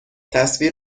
تصویر